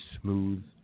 smooth